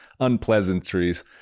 unpleasantries